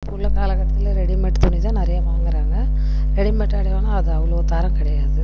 இப்போ உள்ள காலகட்டத்தில் ரெடிமேட் துணி தான் நிறையா வாங்குறாங்க ரெடிமேட் ஆடை ஒன்றும் அது அவ்வளோ தரம் கிடையாது